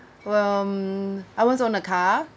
well mm I was on a car